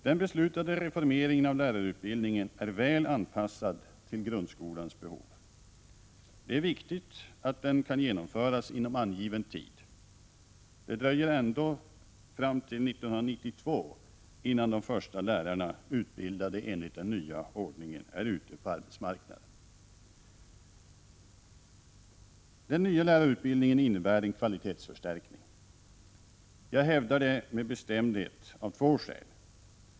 Den beslutade reformeringen av lärarutbildningen är väl anpassad till grundskolans behov. Det är viktigt att den kan genomföras inom angiven tid. Det dröjer ändå fram till 1992 innan de första lärarna, utbildade enligt den nya ordningen, är ute på arbetsmarknaden. Den nya lärarutbildningen innebär en kvalitetsförstärkning. Jag hävdar det med bestämdhet, av två skäl.